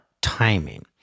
timing